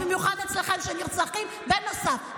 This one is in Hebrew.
במיוחד אצלכם, נרצחים בנוסף.